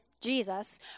Jesus